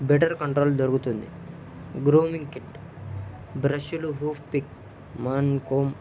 better control దొరుకుతుంది grooming kit బ్రష్షులు hoof pick mane comb